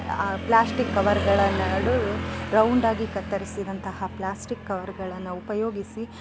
ಆ ಪ್ಲಾಸ್ಟಿಕ್ ಕವರ್ಗಳ ನಡುವೆ ರೌಂಡ್ ಆಗಿ ಕತ್ತರಿಸಿದಂತಹ ಪ್ಲಾಸ್ಟಿಕ್ ಕವರ್ಗಳನ್ನು ಉಪಯೋಗಿಸಿ